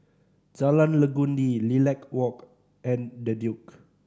Jalan Legundi Lilac Walk and The Duke